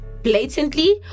blatantly